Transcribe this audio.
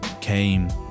came